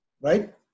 right